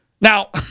Now